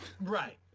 Right